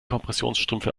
kompressionsstrümpfe